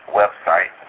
website